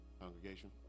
Congregation